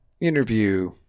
interview